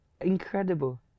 incredible